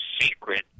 secret